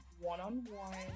one-on-one